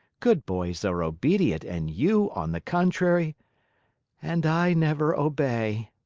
good boys are obedient, and you, on the contrary and i never obey.